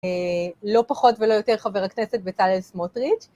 לא פחות ולא יותר חבר הכנסת בצלאל סמוטריץ'.